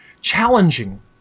challenging